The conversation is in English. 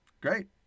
great